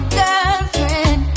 girlfriend